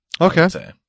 Okay